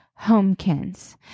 homekins